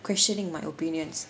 questioning my opinions